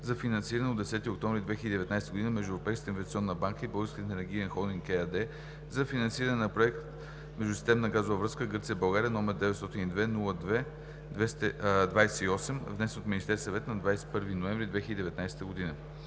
за финансиране от 10 октомври 2019 г. между Европейската инвестиционна банка и „Български енергиен холдинг“ ЕАД за финансиране на проект „Междусистемна газова връзка Гърция – България“, № 902-02-28, внесен от Министерския съвет на 21 ноември 2019 г.